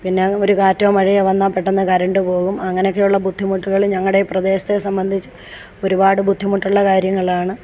പിന്നെ ഒരു കാറ്റോ മഴയോ വന്നാൽ പെട്ടെന്ന് കറണ്ട് പോകും അങ്ങനെയൊക്കെയുള്ള ബുദ്ധിമുട്ടുകൾ ഞങ്ങളുടെ പ്രദേശത്തേ സംബന്ധിച്ച് ഒരുപാട് ബുദ്ധിമുട്ടുള്ള കാര്യങ്ങളാണ്